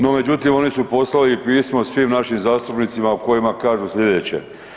No, međutim oni su poslali i pismo svim našim zastupnicima u kojima kažu slijedeće.